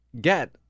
get